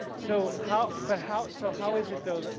so how, but how so. how is it though?